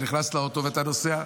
אתה נכנס לאוטו ונוסע.